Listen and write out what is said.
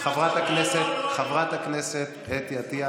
חברת הכנסת אתי עטייה,